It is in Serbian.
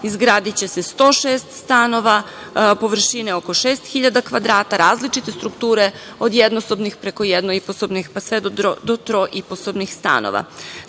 izgradiće se 106 stanova površine oko 6.000 kvadrata, različite strukture, od jednosobnih preko jednoiposobnih, pa sve do troiposobnih stanova.